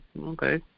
Okay